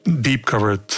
deep-covered